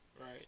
right